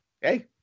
hey